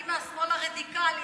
אני מהשמאל הרדיקלי,